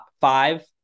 five